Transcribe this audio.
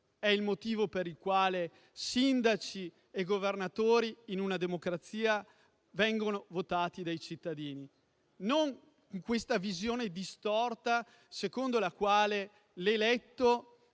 è il motivo per il quale sindaci e Governatori in una democrazia vengono votati dai cittadini, e non la visione distorta secondo la quale l'eletto